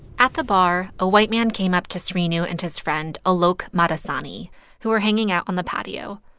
at the bar, a white man came up to srinu and his friend alok madasani who were hanging out on the patio.